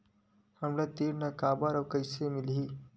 हमला ऋण काबर अउ कइसे मिलही?